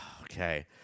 Okay